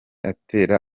atera